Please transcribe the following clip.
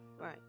Right